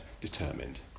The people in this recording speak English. determined